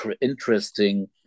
interesting